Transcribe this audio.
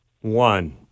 one